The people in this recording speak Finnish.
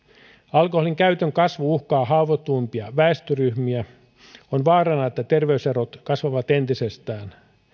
alkoholinkäytön kasvu uhkaa haavoittuvimpia väestöryhmiä on vaarana että terveyserot kasvavat entisestään